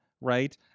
right